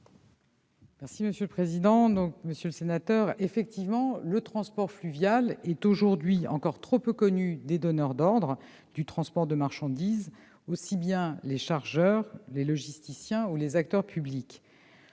est à Mme la ministre. Monsieur le sénateur, effectivement, le transport fluvial est aujourd'hui encore trop peu connu des donneurs d'ordre du transport de marchandises, aussi bien des chargeurs, des logisticiens que des acteurs publics.